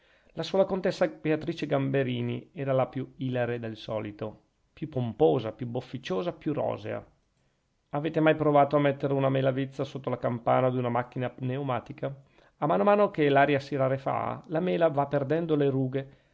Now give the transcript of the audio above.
la sola contessa beatrice gamberini era più ilare del solito più pomposa più bofficiona più rosea avete mai provato a mettere una mela vizza sotto la campana d'una macchina pneumatica a mano a mano che l'aria si rarefà la mela va perdendo le rughe